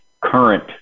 current